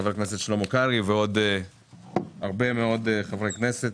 חבר הכנסת שלמה קרעי ועוד הרבה מאוד חברי כנסת,